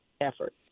effort